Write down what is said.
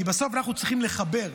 כי בסוף אנחנו צריכים לחבר,